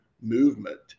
movement